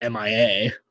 MIA